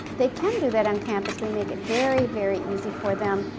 they can do that on campus. we make it very, very easy for them.